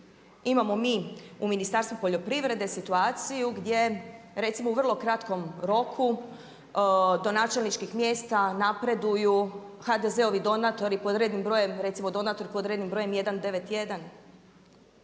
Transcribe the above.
Imamo mi u Ministarstvu poljoprivrede situaciju gdje recimo u vrlo kratkom roku do načelničkih mjesta napreduju HDZ-ovi donatori, recimo donator pod rednim brojem 191.